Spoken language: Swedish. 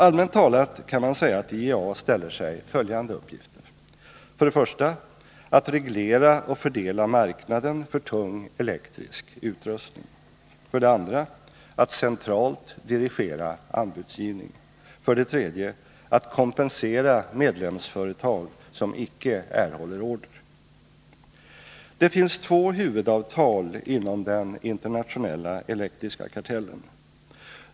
Allmänt talat kan man säga att IEA ger sig själv följande uppgifter: 1. att reglera och fördela marknaden för tung elektrisk utrustning, 2. att centralt dirigera anbudsgivning, 3. att kompensera medlemsföretag som icke erhåller order. Det finns två huvudavtal inom den internationella elektriska kartellen.